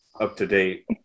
up-to-date